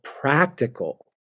practical